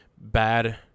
bad